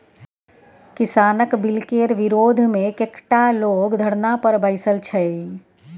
किसानक बिलकेर विरोधमे कैकटा लोग धरना पर बैसल छै